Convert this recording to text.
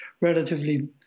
relatively